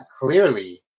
clearly